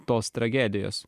tos tragedijos